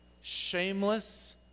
shameless